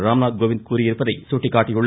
ராம்நாத் கோவிந்த் கூறியிருப்பதை சுட்டிக்காட்டியுள்ளார்